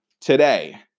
today